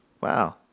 Wow